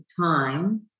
time